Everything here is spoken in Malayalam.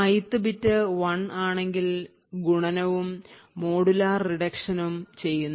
Ith ബിറ്റ് 1 ആണെങ്കിൽ ഗുണനവും മോഡുലാർ റിഡക്ഷനും ചെയ്യുന്നു